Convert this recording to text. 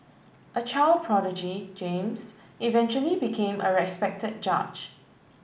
a child prodigy James eventually became a respected judge